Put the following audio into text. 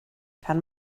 kann